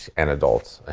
and adults, ah